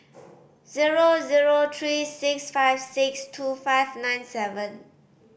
zero zero three six five six two five nine seven